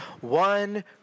one